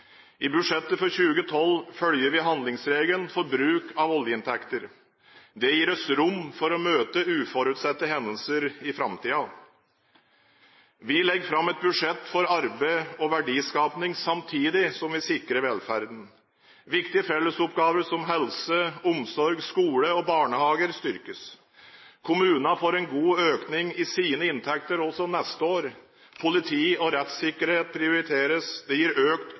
I budsjettet for 2012 følger vi handlingsregelen for bruk av oljeinntekter. Det gir oss rom for å møte uforutsette hendelser i framtiden. Vi legger fram et budsjett for arbeid og verdiskaping samtidig som vi sikrer velferden. Viktige fellesoppgaver som helse, omsorg, skole og barnehager styrkes. Kommunene får en god økning i sine inntekter også neste år. Politi og rettssikkerhet prioriteres. Det gir økt